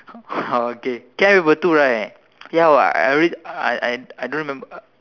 okay Chem were too right ya were I read I I I don't remember